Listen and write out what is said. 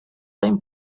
time